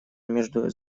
между